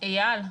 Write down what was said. אייל,